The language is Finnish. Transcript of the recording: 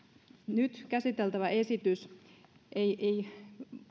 nyt käsiteltävä esitys ei